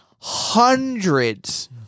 Hundreds